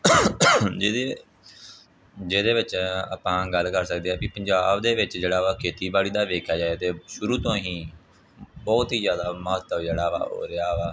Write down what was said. ਜਿਹਦੇ ਜਿਹਦੇ ਵਿੱਚ ਆਪਾਂ ਗੱਲ ਕਰ ਸਕਦੇ ਹਾਂ ਪੀ ਪੰਜਾਬ ਦੇ ਵਿੱਚ ਜਿਹੜਾ ਵਾ ਖੇਤੀਬਾੜੀ ਦਾ ਵੇਖਿਆ ਜਾਏ ਤਾਂ ਸ਼ੁਰੂ ਤੋਂ ਹੀ ਬਹੁਤ ਹੀ ਜ਼ਿਆਦਾ ਮਹੱਤਵ ਜਿਹੜਾ ਵਾ ਉਹ ਰਿਹਾ ਵਾ